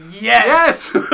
yes